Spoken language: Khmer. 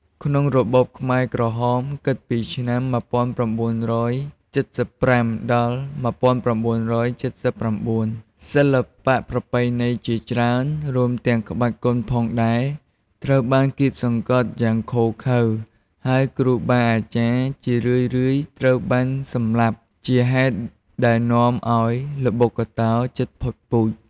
ក្នុងរបបខ្មែរក្រហម គិតពីឆ្នាំ ១៩៧៥ ដល់ ១៩៧៩ សិល្បៈប្រពៃណីជាច្រើន រួមទាំងក្បាច់គុនផងដែរ ត្រូវបានគាបសង្កត់យ៉ាងឃោរឃៅ ហើយគ្រូបាអាចារ្យជារឿយៗត្រូវបានសម្លាប់ ជាហេតុដែលនាំឱ្យល្បុក្កតោជិតផុតពូជ។